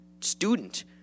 student